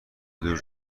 دور